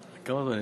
הכנסת,